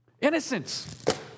Innocence